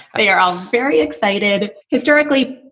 they are all very excited. historically,